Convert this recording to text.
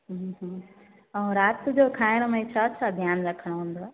हम्म हम्म ऐं राति जो खाइण में छा छा ध्यानु रखिणो आहे